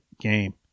game